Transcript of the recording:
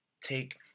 Take